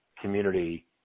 community